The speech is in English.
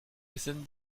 within